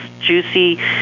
juicy